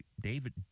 David